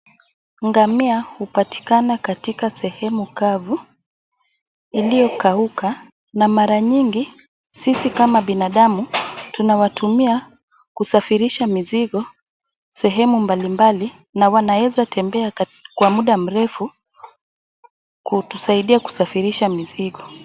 Ngamia hupatikana katika sehemu kavu, iliyo kauka na mara nyingi sisi kama binadamu tunawatumia kusafirisha mizigo sehemu mbalimbali Na wanaweza tembea kwa muda mrefu kutusaidia kusafirisha mizigo.